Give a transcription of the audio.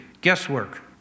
guesswork